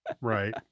Right